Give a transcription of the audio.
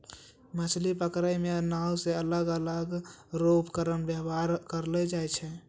मछली पकड़ै मे नांव से अलग अलग रो उपकरण वेवहार करलो जाय छै